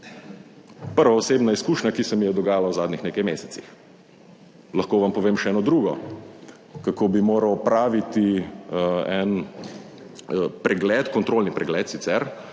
Prva osebna izkušnja, ki se mi je dogajala v zadnjih nekaj mesecih. Lahko vam povem še eno drugo, kako bi moral opraviti en pregled, kontrolni pregled sicer,